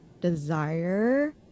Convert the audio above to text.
desire